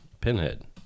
pinhead